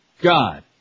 God